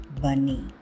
Bunny